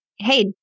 hey